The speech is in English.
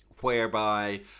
whereby